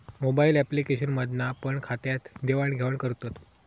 mobile application मधना पण खात्यात देवाण घेवान करतत